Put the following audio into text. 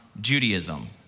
Judaism